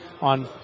on